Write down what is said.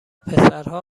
پسرها